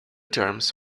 terms